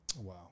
Wow